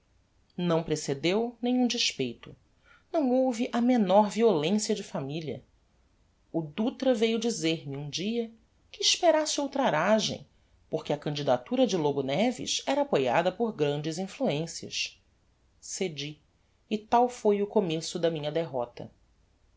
não precedeu nenhum despeito não houve a menor violencia de familia o dutra veiu dizer-me um dia que esperasse outra aragem porque a candidatura de lobo neves era apoiada por grandes influencias cedi e tal foi o começo da minha derrota